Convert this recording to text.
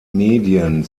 medien